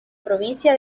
provincia